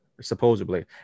supposedly